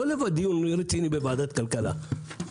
לא לדיון רציני בוועדת הכלכלה.